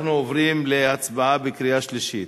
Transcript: אנחנו עוברים להצבעה בקריאה שלישית.